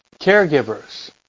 caregivers